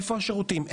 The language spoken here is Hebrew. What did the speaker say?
איפה השירותים,